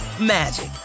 magic